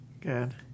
Good